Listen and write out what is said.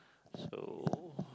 so